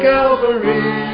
Calvary